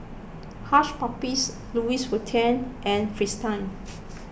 Hush Puppies Louis Vuitton and Fristine